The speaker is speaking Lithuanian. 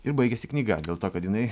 ir baigiasi knyga dėl to kad jinai